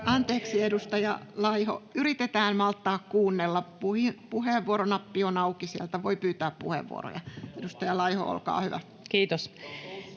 Anteeksi, edustaja Laiho. — Yritetään malttaa kuunnella. Puheenvuoronappi on auki. Sieltä voi pyytää puheenvuoroja. — Edustaja Laiho, olkaa hyvä. [Ben